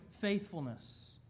faithfulness